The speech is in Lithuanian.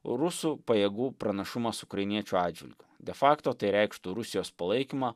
rusų pajėgų pranašumas ukrainiečių atžvilgiu de fakto tai reikštų rusijos palaikymą